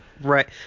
right